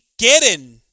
quieren